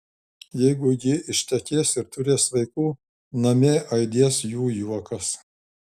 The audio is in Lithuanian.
jeigu ji ištekės ir turės vaikų namie aidės jų juokas